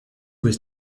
was